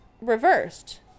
reversed